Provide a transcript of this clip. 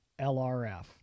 LRF